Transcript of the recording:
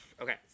Okay